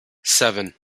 seven